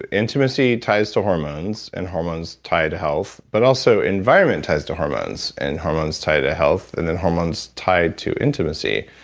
intimacy ties to hormones and hormones tie to health, but also environment ties to hormones and hormones tie to health and then hormones tie to intimacy.